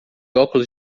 óculos